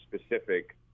specific